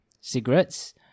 cigarettes